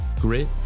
grit